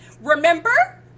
Remember